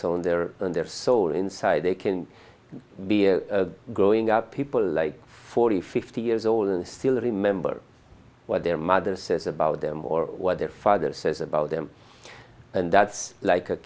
on their and their soul inside they can be a growing up people like forty fifty years old and still remember what their mother says about them or what their father says about them and that's like a